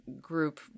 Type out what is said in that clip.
group